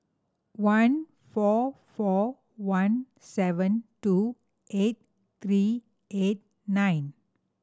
one four four one seven two eight three eight nine